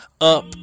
up